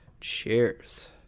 Cheers